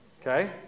okay